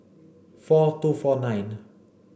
four two four nine